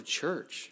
church